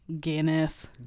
Guinness